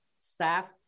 Staff